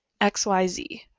XYZ